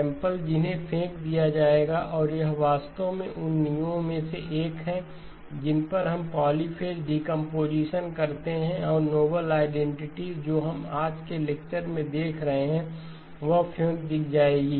sample जिन्हें फेंक दिया जाएगा और यह वास्तव में उन नींवों में से एक है जिन पर हम पॉलीफ़ेज़ डीकंपोजीशन करते हैं और नोबेल आइडेंटिटीस जो हम आज के लेक्चर में देख रहे हैं वह फेंक दी जाएगी